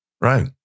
Right